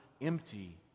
empty